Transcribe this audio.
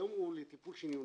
היום הוא לטיפול שניוני.